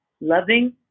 loving